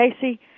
casey